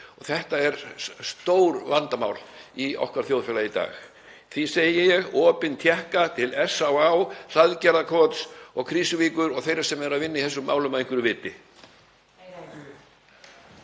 Þetta er stór vandamál í okkar þjóðfélagi í dag. Því segi ég: Opinn tékka til SÁÁ, Hlaðgerðarkots og Krýsuvíkur og þeirra sem eru að vinna í þessum málum af einhverju viti.